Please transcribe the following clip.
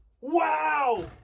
Wow